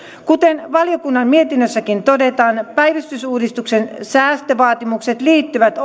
kuten valiokunnan mietinnössäkin todetaan päivystysuudistuksen säästövaatimukset liittyvät